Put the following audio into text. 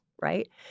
right